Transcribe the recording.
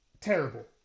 terrible